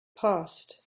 passed